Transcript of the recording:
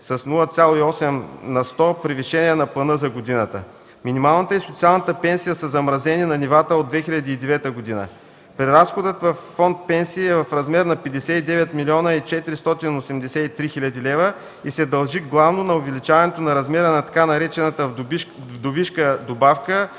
с 0,8 на сто превишение на плана за годината. Минималната и социалната пенсия са замразени на нивата от 2009 г. Преразходът във Фонд „Пенсии” е в размер на 59 млн. 483 хил. лв. и се дължи главно на увеличаването на размера на така наречената „вдовишка добавка”